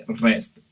rest